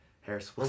Harris